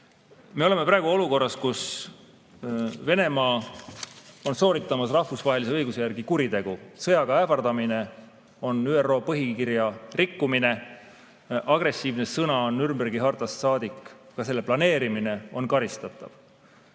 Me oleme praegu olukorras, kus Venemaa on sooritamas rahvusvahelise õiguse järgi kuritegu. Sõjaga ähvardamine on ÜRO põhikirja rikkumine. Agressiivne sõda on Nürnbergi hartast saadik, ka selle planeerimine on karistatav.